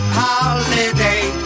holiday